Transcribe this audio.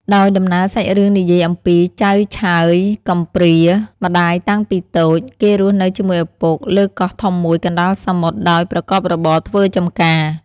ដោយដំណើរសាច់រឿងនិយាយអំពី ចៅឆើយកំព្រាម្តាយតាំងពីតូច គេរស់នៅជាមួយឪពុក លើកោះធំមួយកណ្តាលសមុទ្រ ដោយប្រកបរបរធ្វើចំការ ។